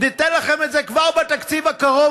ניתן לכם את זה כבר בתקציב הקרוב,